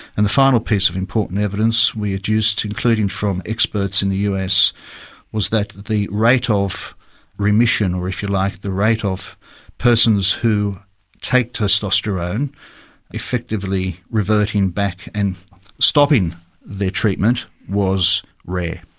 and the final piece of important evidence we adduced, including from experts in the us was that the rate of remission, or if you like, the rate of persons who take testosterone effectively reverting back and stopping their treatment, was rare.